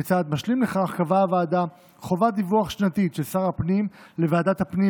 כצעד משלים לכך קבעה הוועדה חובת דיווח שנתית של שר הפנים לוועדת הפנים